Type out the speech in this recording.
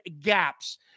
gaps